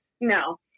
No